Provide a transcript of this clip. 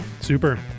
Super